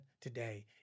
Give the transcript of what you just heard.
today